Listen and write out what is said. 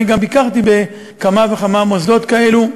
אני גם ביקרתי בכמה וכמה מוסדות כאלה.